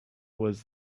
was